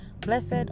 blessed